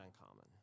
uncommon